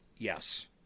Yes